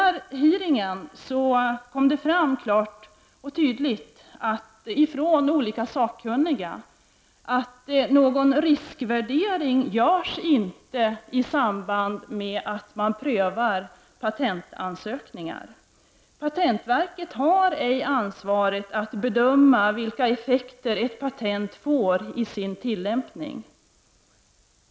Vid utfrågningen berättade olika sakkunniga klart och tydligt att det inte görs någon riskvärdering i samband med att man prövar patentansökningar. Patentverket har ej ansvaret att bedöma vilka effekter ett patent får vid tillämpningen.